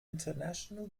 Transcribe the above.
international